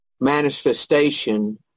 manifestation